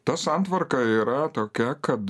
ta santvarka yra tokia kad